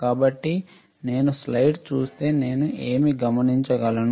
కాబట్టి నేను స్లైడ్ చూస్తే నేను ఏమి కనుగొనగలను